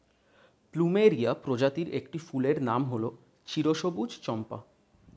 plumeria প্রজাতির একটি ফুলের নাম হল চিরসবুজ চম্পা